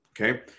Okay